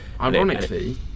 Ironically